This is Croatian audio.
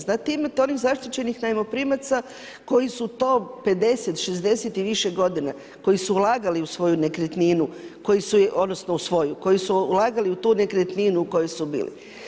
Znate imate onih zaštićenih najmoprimaca koji su to 50, 60 i više godina, koji su ulagali u svoju nekretninu, odnosno u svoju koji su ulagali u tu nekretninu u kojoj su bili.